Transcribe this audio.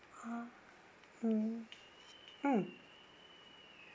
uh mm mm